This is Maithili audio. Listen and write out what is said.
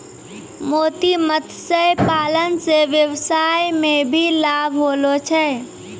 मोती मत्स्य पालन से वेवसाय मे भी लाभ होलो छै